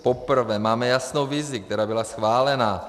Poprvé máme jasnou vizi, která byla schválena.